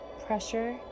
pressure